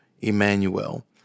Emmanuel